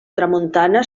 tramuntana